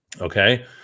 Okay